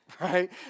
right